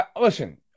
listen